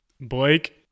Blake